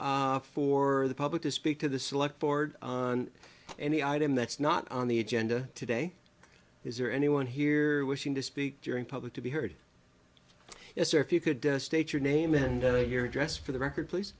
for the public to speak to the select board on any item that's not on the agenda today is there anyone here wishing to speak during public to be heard is there if you could to state your name and your address for the record please